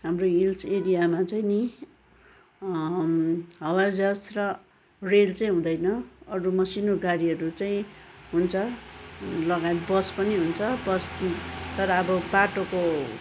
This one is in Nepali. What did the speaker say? हाम्रो हिल्स एरियामा चाहिँ नि हवाजहाज र रेल चाहिँ हुँदैन अरू मसिनो गाडीहरू चाहिँ हुन्छ लगायत बस पनि हुन्छ बस नि तर अब बाटोको